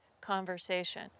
conversation